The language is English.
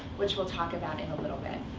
which we'll talk about in a little bit.